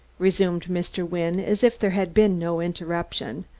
resumed mr. wynne, as if there had been no interruption,